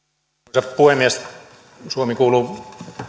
arvoisa puhemies suomi kuuluu